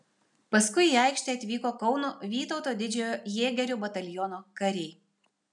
paskui į aikštę atvyko kauno vytauto didžiojo jėgerių bataliono kariai